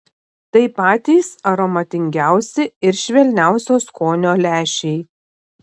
tai patys aromatingiausi ir švelniausio skonio lęšiai